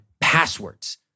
passwords